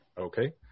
Okay